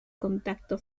contacto